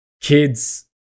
kids